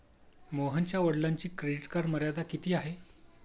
मोहनच्या वडिलांची credit card मर्यादा किती आहे?